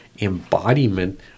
embodiment